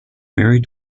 married